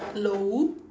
hello